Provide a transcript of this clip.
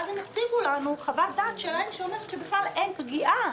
אז הם הציגו לנו חוות דעת שלהם, שבכלל אין פגיעה